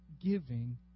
giving